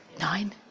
Nine